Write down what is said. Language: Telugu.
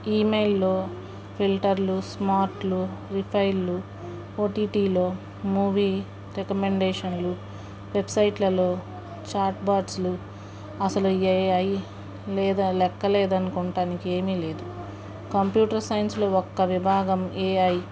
ఈమెయిల్లు ఫిల్టర్లు స్మార్ట్లు రిఫైల్లు ఓటీటీలో మూవీ రికమండేషన్లు వెబ్సైట్లలో చాట్ బాట్స్ లు అసలు ఏఐ లేదా లెక్క లేదనుకోవటానికి ఏమీ లేదు కంప్యూటర్ సైన్స్లో ఒక్క విభాగం ఏఐ